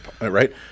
right